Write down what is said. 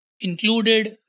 included